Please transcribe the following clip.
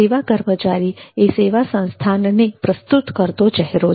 સેવા કર્મચારી એ સેવા સંસ્થાનને પ્રસ્તુત કરતો ચહેરો છે